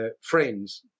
friends